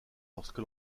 lorsque